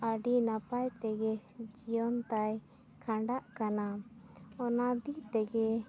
ᱟᱹᱰᱤ ᱱᱟᱯᱟᱭ ᱛᱮᱜᱮ ᱡᱤᱭᱚᱱ ᱛᱟᱭ ᱠᱷᱟᱰᱟᱜ ᱠᱟᱱᱟ ᱚᱱᱟ ᱫᱤ ᱛᱮᱜᱮ